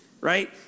right